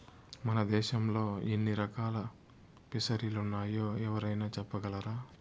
మన దేశంలో ఎన్ని రకాల ఫిసరీలున్నాయో ఎవరైనా చెప్పగలరా